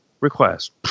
request